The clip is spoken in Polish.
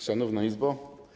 Szanowna Izbo!